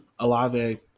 Alave